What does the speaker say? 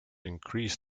increase